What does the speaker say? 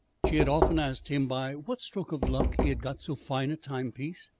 she had often asked him by what stroke of luck he had got so fine a timepiece.